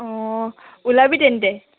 অঁ ওলাবি তেন্তে